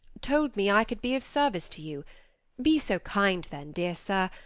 told me i could be of service to you be so kind then, dear sir,